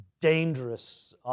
dangerous